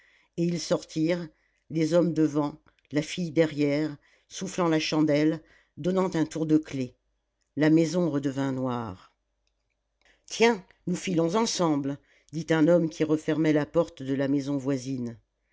et ils sortirent les hommes devant la fille derrière soufflant la chandelle donnant un tour de clef la maison redevint noire tiens nous filons ensemble dit un homme qui refermait la porte de la maison voisine